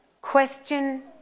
question